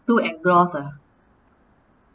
too exhaust ah